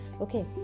Okay